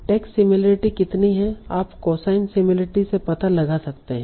text similarity कितनी हैं आप कोसाइन सिमिलरिटी से पता लगा सकते हैं